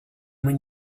when